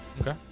Okay